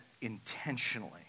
intentionally